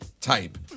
type